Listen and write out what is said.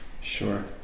Sure